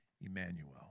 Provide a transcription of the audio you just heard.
Emmanuel